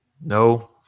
No